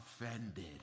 offended